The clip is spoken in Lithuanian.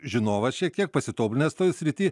žinovas šiek tiek pasitobulinęs toj srity